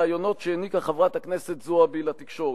ראיונות שהעניקה חברת הכנסת זועבי לתקשורת.